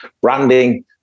Branding